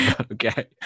Okay